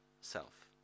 self